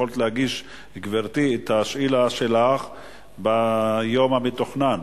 יכולת להגיש, גברתי, את השאלה שלך ביום המתוכנן.